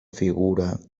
figura